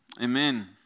amen